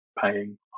paying